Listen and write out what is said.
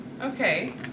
Okay